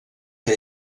que